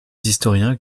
historiens